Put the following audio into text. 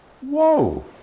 Whoa